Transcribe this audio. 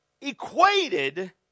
equated